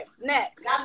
Next